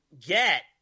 get